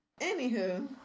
Anywho